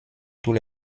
tous